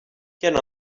quelle